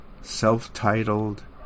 self-titled